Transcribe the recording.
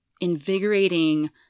invigorating